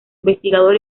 investigador